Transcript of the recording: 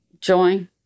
join